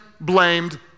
blamed